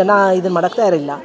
ಜನ ಇದನ್ನ ಮಾಡಕೆ ತಯಾರಿಲ್ಲ